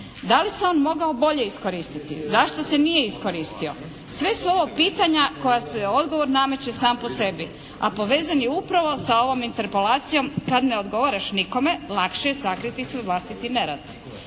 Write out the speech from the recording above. Da li se on mogao bolje iskoristiti? Zašto se nije iskoristio? Sve su ovo pitanja koja se odgovor nameće sam po sebi, a povezan je upravo sa ovom interpelacijom, kad ne odgovaraš nikome, lakše je sakriti svoj vlastiti nerad.